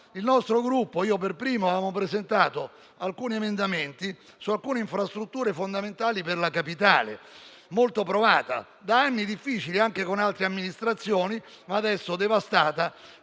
Il nostro Gruppo - io per primo - aveva presentato alcuni emendamenti riguardanti delle infrastrutture fondamentali per la Capitale, molto provata da anni difficili, anche con altre amministrazioni, ma adesso devastata